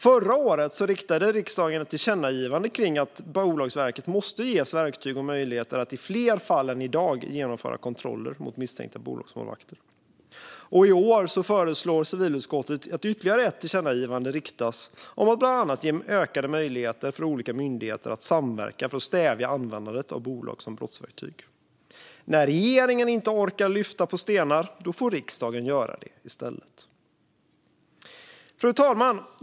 Förra året riktade riksdagen ett tillkännagivande om att Bolagsverket måste ges verktyg och möjligheter att i fler fall än i dag genomföra kontroller mot misstänkta bolagsmålvakter. I år föreslår civilutskottet att ytterligare ett tillkännagivande riktas om att bland annat ge ökade möjligheter för olika myndigheter att samverka för att stävja användandet av bolag som brottsverktyg. När regeringen inte orkar lyfta på stenar får riksdagen göra det i stället. Fru talman!